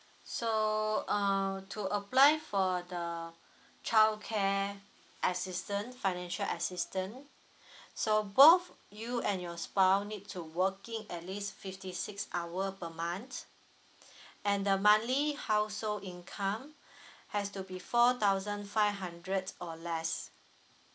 so uh to apply for the childcare assistance financial assistance so both you and your spouse need to working at least fifty six hour per month and the monthly household income has to be four thousand five hundred or less